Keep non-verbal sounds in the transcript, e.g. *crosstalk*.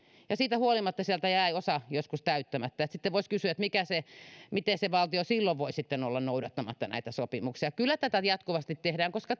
ja siitä huolimatta sieltä jää osa joskus täyttämättä niin että sitten voisi kysyä miten se valtio silloin voi sitten olla noudattamatta näitä sopimuksia kyllä tätä jatkuvasti tehdään koska *unintelligible*